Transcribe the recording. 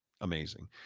amazing